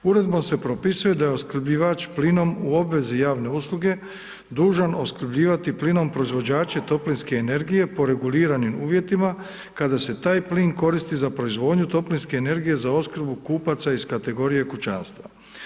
Uredbom se propisuje da je opskrbljivač plinom u obvezi javne usluge dužan opskrbljivati plinom proizvođače toplinske energije po reguliranim uvjetima kada se taj plin koristi za proizvodnju toplinske energije za opskrbu kupaca iz kategorije kućanstva.